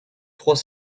trois